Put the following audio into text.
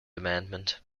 amendment